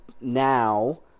now